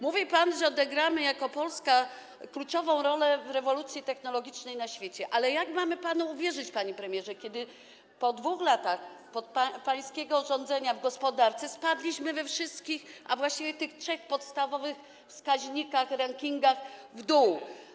Mówi pan, że odegramy jako Polska kluczową rolę w rewolucji technologicznej na świecie, ale jak mamy panu uwierzyć, panie premierze, kiedy po 2 latach pańskiego rządzenia w gospodarce spadliśmy we wszystkich, a właściwie w tych trzech podstawowych wskaźnikach, rankingach w dół?